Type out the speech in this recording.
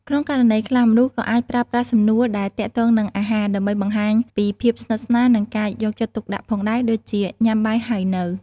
ក្នុងករណីខ្លះ មនុស្សក៏អាចប្រើប្រាស់សំណួរដែលទាក់ទងនឹងអាហារដើម្បីបង្ហាញពីភាពស្និទ្ធស្នាលនិងការយកចិត្តទុកដាក់ផងដែរ ដូចជា “ញ៉ាំបាយហើយនៅ?”។